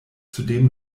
zudem